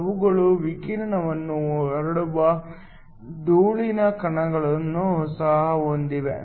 ಅವುಗಳು ವಿಕಿರಣವನ್ನು ಹರಡುವ ಧೂಳಿನ ಕಣಗಳನ್ನು ಸಹ ಹೊಂದಿವೆ